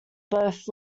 both